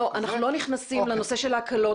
אנחנו לא נכנסים לנושא של ההקלות,